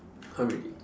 !huh! really